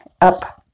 up